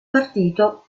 partito